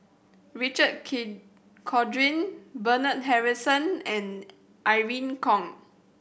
Richard Corridon Bernard Harrison and Irene Khong